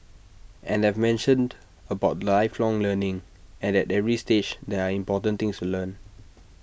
and I've mentioned about lifelong learning and at every stage there are important things to learn